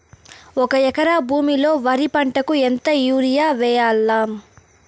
ఒక ఎకరా భూమిలో వరి పంటకు ఎంత యూరియ వేయల్లా?